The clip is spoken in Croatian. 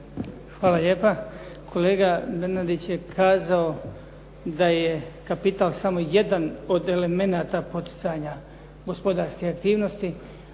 Hvala lijepa. Kolega Bernardić je kazao da je kapital samo jedan od elemenata poticanja gospodarske aktivnosti.